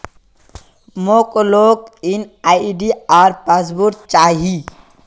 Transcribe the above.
मोक log in ID आर password चाहि